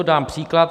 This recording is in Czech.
Dám příklad.